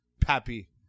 Pappy